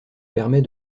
permet